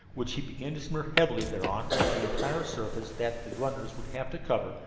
which he began to smear heavily thereon over the entire surface that the runners would have to cover,